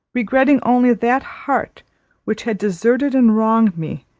regretting only that heart which had deserted and wronged me,